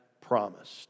promised